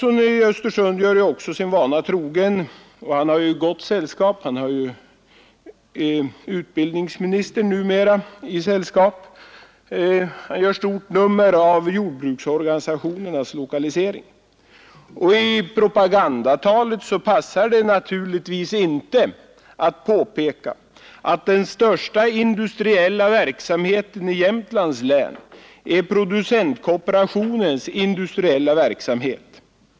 Herr Nilsson gör också sin vana trogen — han har gott sällskap numera av utbildningsministern — stort nummer av jordbruksorganisationernas lokalisering. Och i propagandatalet passar det naturligtvis inte att påpeka att den största industriella verksamheten i Jämtlands län är producentkooperationens industriella verksamhet.